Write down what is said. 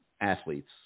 athletes